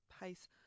pace